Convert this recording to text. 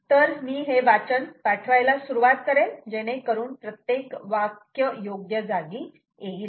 तर मी हे वाचन पाठवायला सुरुवात करेल जेणेकरून प्रत्येक वाक्य योग्य जागी येईल